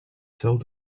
filled